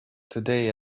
today